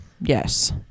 Yes